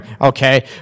Okay